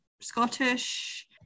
Scottish